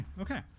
Okay